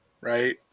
Right